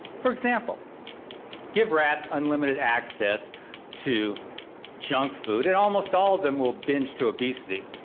for example give rats unlimited access to junk food and almost all of them will binge to obesity.